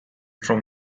from